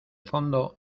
fondo